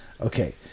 Okay